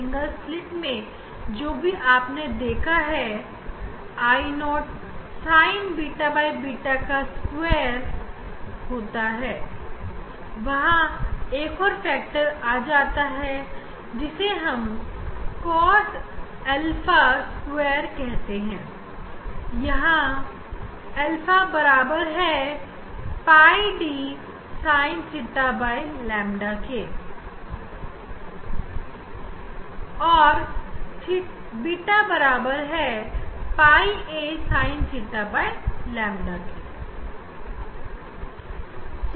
single set में जो भी आपने देखा I Io Sin2𝛃𝛃 होता है डबल स्लिट मैं एक और फ़ैक्टर होता है जो कि cos2 α होता है जहां α 𝝿dsin𝜭ƛबराबर होता है और 𝛃 𝝿asin𝜭ƛ बराबर होता है